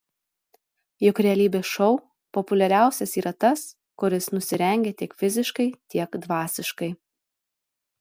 juk realybės šou populiariausias yra tas kuris nusirengia tiek fiziškai tiek dvasiškai